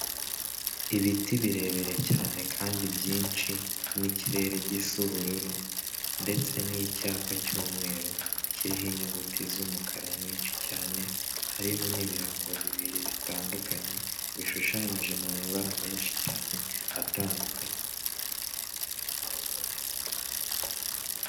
Ibiti birebire cyane kandi byinshi, n'ikirere gisa ubururu, ndetse n'icyapa cy'umweru, kiriho inyuguti z'umukara nyinshi cyane, hariho n'ibirango bibiri bitandukanye, bishushanyije mu mabara menshi cyane atandukanye.